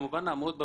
בוודאי נעמוד בה,